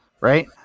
Right